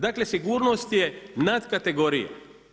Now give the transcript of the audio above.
Dakle, sigurnost je nadkategorije.